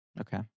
Okay